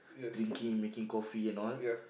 drinking making coffee and all